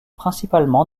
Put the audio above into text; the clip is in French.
principalement